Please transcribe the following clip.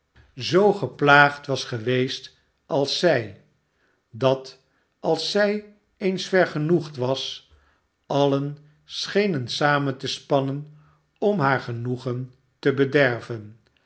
zoo geplaagd was geweest als zij dat als zij eens vergenoegd was alien schenen samen te spannen om haar genoegen te bederven